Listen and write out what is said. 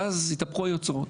ואז התהפכו היוצרות.